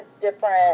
different